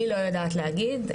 אני לא יודעת להגיד.